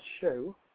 show